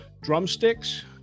Drumsticks